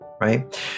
right